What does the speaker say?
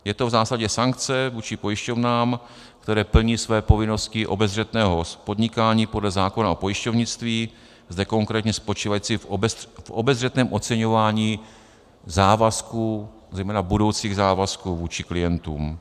Je to v zásadě sankce vůči pojišťovnám, které plní své povinnosti obezřetného podnikání podle zákona o pojišťovnictví, zde konkrétně spočívající v obezřetném oceňování závazků, zejména budoucích závazků vůči klientům.